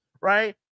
right